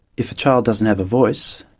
if a child doesn't have a voice,